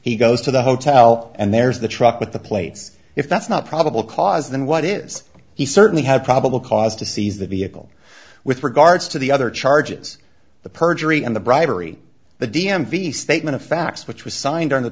he goes to the hotel and there's the truck with the plates if that's not probable cause then what is he certainly had probable cause to seize the vehicle with regards to the other charges the perjury and the bribery the d m v statement of facts which was signed